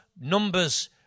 numbers